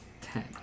Ten